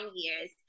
years